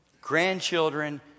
grandchildren